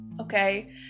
okay